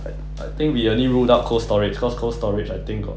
I I think we only ruled out Cold Storage cause Cold Storage I think got